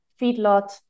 feedlot